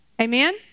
Amen